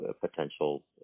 potential